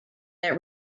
that